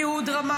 כי הוא דרמטי.